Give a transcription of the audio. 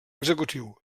executiu